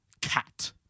cat